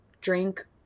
drink